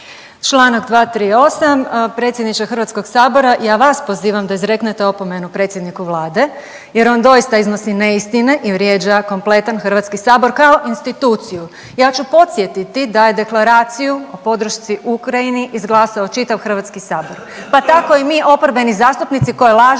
Čl. 238., predsjedniče HS-a ja vas pozivam da izreknete opomenu predsjedniku Vlade jer on doista iznosi neistine i vrijeđa kompletan HS kao instituciju. Ja ću podsjetiti da je Deklaraciju o podršci Ukrajini izglasao čitav HS, pa tako i mi oporbeni zastupnici koje lažno